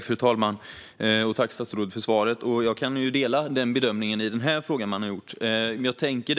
Fru talman! Jag tackar statsrådet för svaret. Jag kan dela den bedömning man gjort i denna fråga.